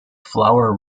flower